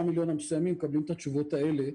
מיליון המסוימים ומקבלים את התשובות האלה.